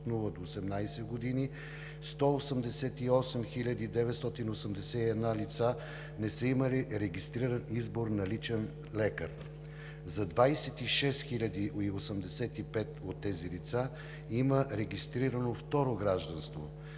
от нула до 18 години, 188 981 лица не са имали регистриран избор на личен лекар; за 26 085 от тези лица има регистрирано второ гражданство